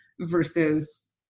versus